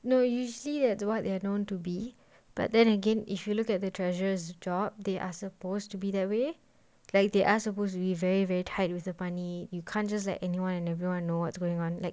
no usually they do what they are known to be but then again if you look at the treasurers' job they are supposed to be that way like they are supposed to be very very tight with the money you can't just like anyone and everyone know what's going on like